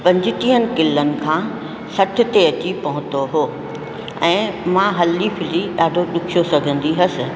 पंजटीहनि किलनि खां सठि ते अची पहुंतो हो ऐं मां हली फुली ॾाढो ॾुखियो सघंदी हुअसि